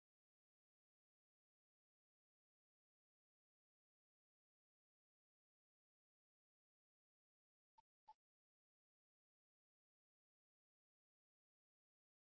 ಅವುಗಳು ಇಲ್ಲಿ ಬೌಂಡರಿಗಳಾಗಿವೆ